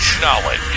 Knowledge